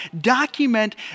document